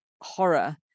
horror